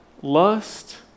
lust